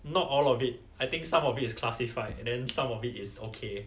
not all of it I think some of it is classified then some of it is okay